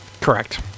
Correct